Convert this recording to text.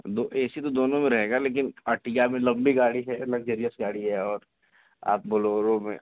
एक ही तो दोनों में रहेगा लेकिन आर्टिगा भी लंबी गाड़ी है लक्जरीयस गाड़ी है और आप बोलोरो में